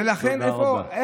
ולכן זה פה.